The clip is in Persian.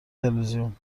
تلویزیون